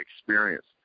experience